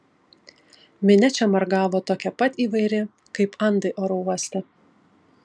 minia čia margavo tokia pat įvairi kaip andai oro uoste